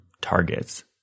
targets